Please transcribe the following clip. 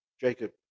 Jacob